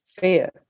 fear